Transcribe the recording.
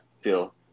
feel